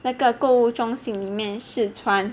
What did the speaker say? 那个购物中心里面试穿